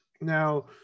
Now